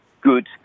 good